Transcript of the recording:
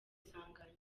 sanganya